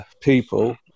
people